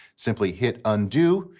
simply hit undo.